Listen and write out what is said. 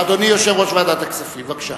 אדוני יושב-ראש ועדת הכספים, בבקשה.